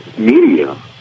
Media